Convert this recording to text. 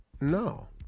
no